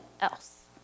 else